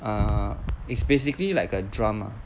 err it's basically like a drum ah